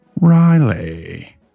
Riley